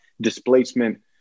displacement